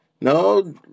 No